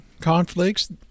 conflicts